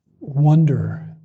wonder